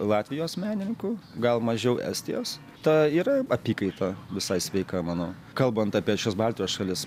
latvijos menininkų gal mažiau estijos ta yra apykaita visai sveika manau kalbant apie šias baltijos šalis